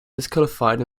disqualified